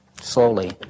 slowly